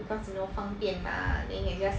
because you know 方便 mah then you just